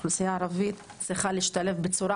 האוכלוסייה הערבית צריכה להשתלב בצורה